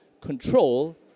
control